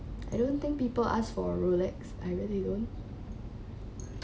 I don't think people ask for a rolex I really don't